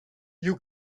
you